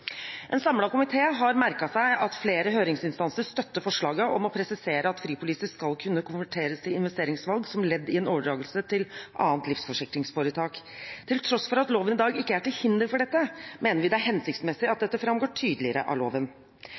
En samlet komité har merket seg at flere høringsinstanser støtter forslaget om å presisere at fripoliser skal kunne konverteres til investeringsvalg som ledd i en overdragelse til annet livsforsikringsforetak. Til tross for at loven i dag ikke er til hinder for dette, mener vi det er hensiktsmessig at dette framgår tydeligere av loven.